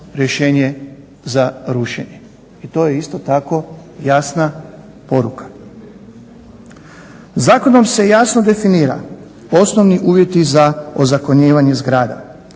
rješenje za rušenje. To je isto tako jasna poruka. Zakonom se jasno definira osnovni uvjeti za ozakonjenje zgrada,